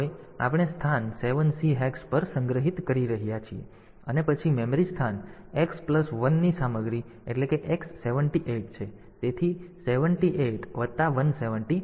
તેથી આપણે સ્થાન 7 C હેક્સ પર સંગ્રહિત કરી રહ્યા છીએ અને પછી મેમરી સ્થાન X પ્લસ 1 ની સામગ્રી એટલે કે X 78 છે તેથી 78 વત્તા 179